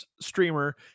streamer